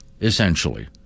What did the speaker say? essentially